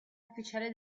ufficiale